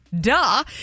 Duh